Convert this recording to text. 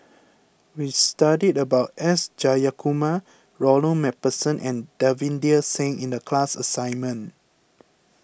we studied about S Jayakumar Ronald MacPherson and Davinder Singh in the class assignment